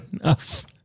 enough